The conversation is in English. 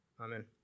Amen